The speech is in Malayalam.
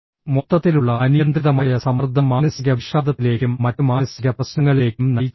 മൊത്തത്തിലുള്ള അനിയന്ത്രിതമായ സമ്മർദ്ദം മാനസിക വിഷാദത്തിലേക്കും മറ്റ് മാനസിക പ്രശ്നങ്ങളിലേക്കും നയിച്ചേക്കാം